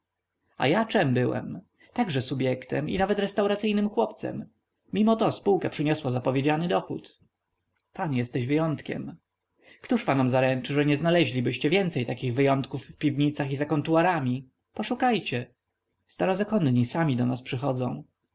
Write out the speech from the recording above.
a ja czem byłem także subjektem i nawet restauracyjnym chłopcem mimoto spółka przyniosła zapowiedziany dochód pan jesteś wyjątkiem któż panom zaręczy że nie znaleźlibyście więcej takich wyjątków w piwnicach i za kontuarami poszukajcie starozakonni sami do nas przychodzą